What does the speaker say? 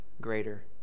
greater